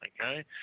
Okay